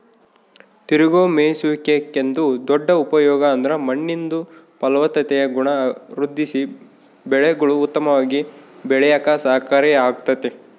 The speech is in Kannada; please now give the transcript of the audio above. ತಿರುಗೋ ಮೇಯ್ಸುವಿಕೆದು ದೊಡ್ಡ ಉಪಯೋಗ ಅಂದ್ರ ಮಣ್ಣಿಂದು ಫಲವತ್ತತೆಯ ಗುಣ ವೃದ್ಧಿಸಿ ಬೆಳೆಗುಳು ಉತ್ತಮವಾಗಿ ಬೆಳ್ಯೇಕ ಸಹಕಾರಿ ಆಗ್ತತೆ